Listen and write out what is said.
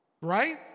Right